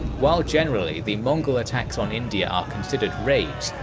while generally the mongol attacks on india are considered raids,